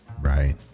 Right